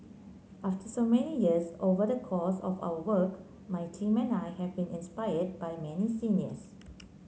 after so many years over the course of our work my team and I have been inspired by many seniors